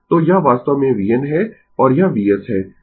तो यह वास्तव में vn है और यह Vs है